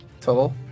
Total